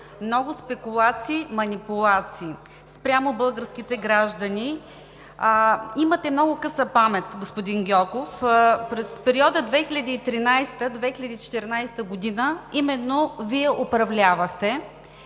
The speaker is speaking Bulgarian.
много спекулации, манипулации спрямо българските граждани. Имате много къса памет, господин Гьоков – през периода 2013 – 2014 г. именно Вие управлявахте.